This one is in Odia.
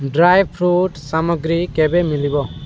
ଡ୍ରାଇ ଫ୍ରୁଟ୍ ସାମଗ୍ରୀ କେବେ ମିଳିବ